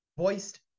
Voiced